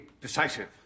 decisive